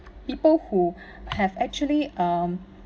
people who have actually um